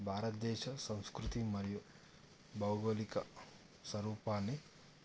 భారతదేశ సంస్కృతి మరియు భౌగోళిక స్వరూపాన్ని